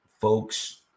folks